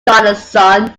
donaldson